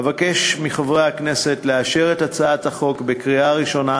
אבקש מחברי הכנסת לאשר את הצעת החוק בקריאה ראשונה